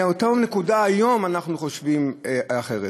מאותה נקודה היום אנחנו חושבים אחרת,